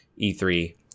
E3